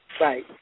Right